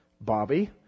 Bobby